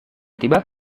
tiba